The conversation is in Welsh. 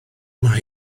mae